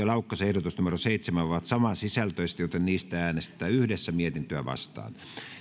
laukkasen ehdotus seitsemän ovat saman sisältöisiä joten niistä äänestetään yhdessä mietintöä vastaan